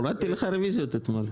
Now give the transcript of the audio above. הורדתי לך רביזיות אתמול.